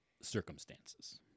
circumstances